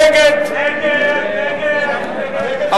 תוכנית פיתוח יישובי,